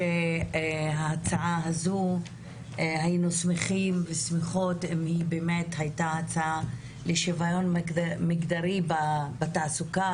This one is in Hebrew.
במיוחד שהיינו שמחים ושמחות אם ההצעה הזאת הייתה לשוויון מגדרי בתעסוקה